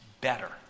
better